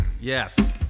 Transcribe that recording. Yes